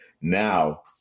Now